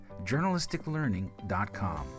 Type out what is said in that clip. journalisticlearning.com